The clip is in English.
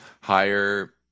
higher